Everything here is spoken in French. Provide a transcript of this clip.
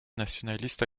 nationaliste